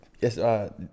Yes